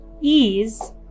ease